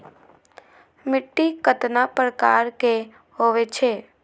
मिट्टी कतना प्रकार के होवैछे?